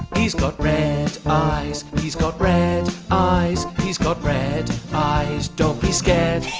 he's got red eyes. he's got red eyes. he's got red eyes. don't be scared.